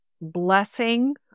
blessing